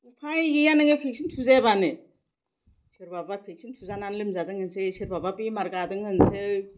उफाय गैया नोङो भेकचिन थुजायाबानो सोरबाबा भेकचिन थुजानानै लोमजादों होननोसै सोरबाबा बेमार गादों होननोसै